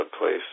place